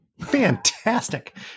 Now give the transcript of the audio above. Fantastic